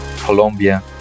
Colombia